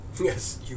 Yes